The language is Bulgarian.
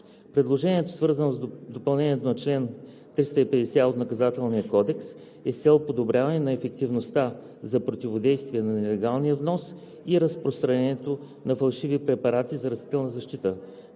Предложението, свързано с допълнението на чл. 350а от Наказателния кодекс, е с цел подобряване на ефективността за противодействие на нелегалния внос и разпространението на фалшиви препарати за растителна защита,